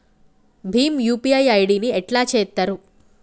Bhim UPI ID ని ఎట్లా చేత్తరు?